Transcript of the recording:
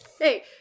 Hey